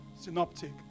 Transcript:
synoptic